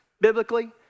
biblically